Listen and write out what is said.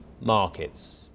markets